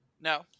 No